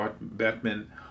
Batman